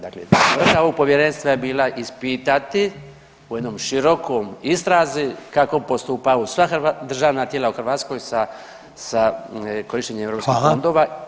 Dakle, svrha ovog povjerenstva je bila ispitati u jednoj širokoj istrazi kako postupaju sva državna tijela u Hrvatskoj sa korištenjem EU fondova